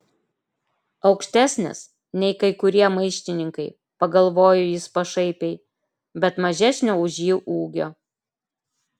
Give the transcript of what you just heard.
aukštesnės nei kai kurie maištininkai pagalvojo jis pašaipiai bet mažesnio už jį ūgio